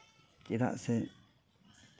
ᱪᱮᱫᱟᱜ ᱥᱮ